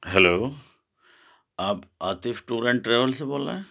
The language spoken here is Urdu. ہیلو آپ عاطف ٹور اینڈ ٹریول سے بول رہے ہیں